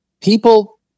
people